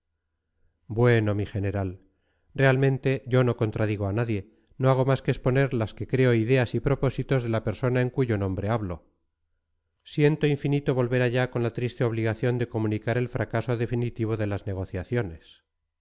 bueno mi general realmente yo no contradigo a usted no hago más que exponer las que creo ideas y propósitos de la persona en cuyo nombre hablo siento infinito volver allá con la triste obligación de comunicar el fracaso definitivo de las negociaciones